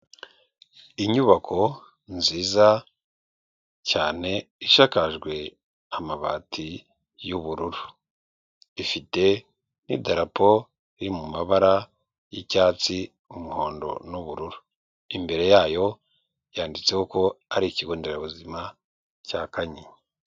Inyubako nziza cyane isakajwe amabati y'ubururu, ifite n'idarapo iri mu mabara y'icyatsi, umuhondo n'ubururu. Imbere yayo yanditseho ko ari ikigo nderabuzima cya Kanyinya.